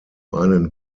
einen